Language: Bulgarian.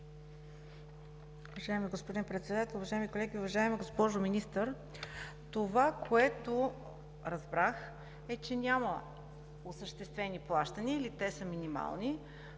Уважаеми господин Председател, уважаеми колеги! Уважаема госпожо Министър, това, което разбрах, е, че няма осъществени плащания или те са минимални,